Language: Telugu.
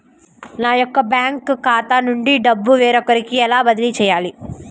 నా యొక్క బ్యాంకు ఖాతా నుండి డబ్బు వేరొకరికి ఎలా బదిలీ చేయాలి?